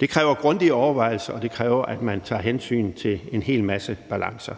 Det kræver grundige overvejelser, og det kræver, at man tager hensyn til en hel masse balancer.